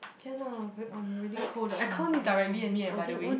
can lah very I'm really cold the aircon is directly at me eh by the way